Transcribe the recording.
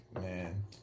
Man